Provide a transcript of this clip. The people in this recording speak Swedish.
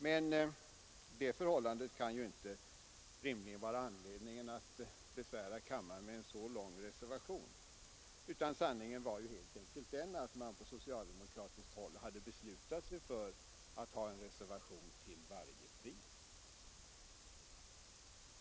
Men det förhållandet kan ju inte rimligen vara anledning att besvära kammaren med en så lång reservation. Sanningen är helt enkelt den att man på socialdemokratiskt håll hade beslutat sig för att till varje pris ha en reservation.